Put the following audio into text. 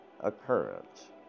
occurrence